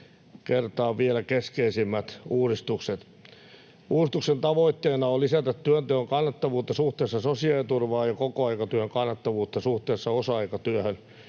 kertaan vielä keskeisimmät uudistukset. Uudistuksen tavoitteena on lisätä työnteon kannattavuutta suhteessa sosiaaliturvaan ja kokoaikatyön kannattavuutta suhteessa osa-aikatyöhön.